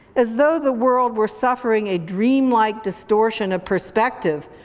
as though the world were suffering a dreamlike distortion of perspective,